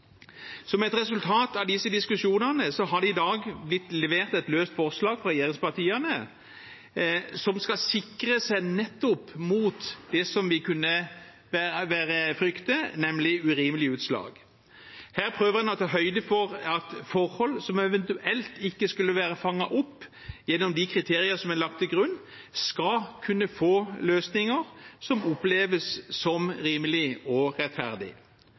Som et resultat av disse diskusjonene har det i dag blitt levert et løst forslag fra regjeringspartiene som skal sikre oss nettopp mot det som vi kunne frykte, nemlig urimelige utslag. Her prøver en å ta høyde for at forhold som eventuelt ikke skulle være fanget opp gjennom de kriterier som er lagt til grunn, skal kunne få løsninger som oppleves som rimelige og